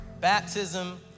Baptism